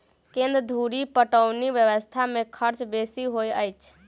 केन्द्र धुरि पटौनी व्यवस्था मे खर्च बेसी होइत अछि